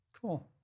Cool